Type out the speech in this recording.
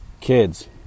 kids